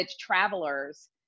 travelers